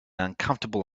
uncomfortable